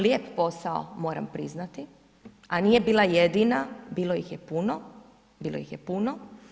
Lijep posao, moram priznati, a nije bila jedina, bilo ih je puno, bilo ih je puno.